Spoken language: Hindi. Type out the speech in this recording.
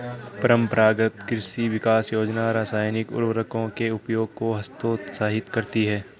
परम्परागत कृषि विकास योजना रासायनिक उर्वरकों के उपयोग को हतोत्साहित करती है